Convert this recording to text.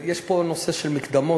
יש פה נושא של מקדמות,